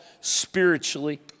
spiritually